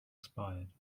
expired